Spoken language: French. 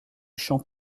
champ